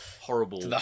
horrible